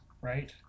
right